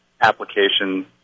application